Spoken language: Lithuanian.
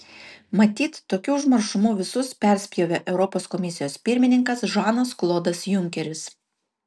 matyt tokiu užmaršumu visus perspjovė europos komisijos pirmininkas žanas klodas junkeris